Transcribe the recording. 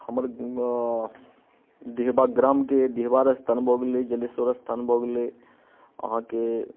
हमर डीहवार ग्रामके डीहवार स्थान भऽ गेलै जलेश्वर स्थान भऽ गेलै अहाँके